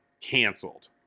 canceled